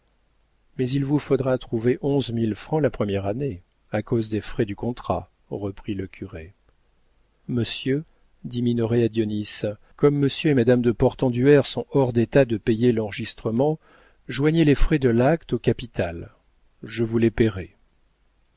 mais il vous faudra trouver onze mille francs la première année à cause des frais du contrat reprit le curé monsieur dit minoret à dionis comme monsieur et madame de portenduère sont hors d'état de payer l'enregistrement joignez les frais de l'acte au capital je vous les payerai